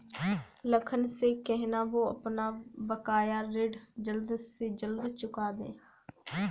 लखन से कहना, वो अपना बकाया ऋण जल्द से जल्द चुका दे